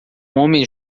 homem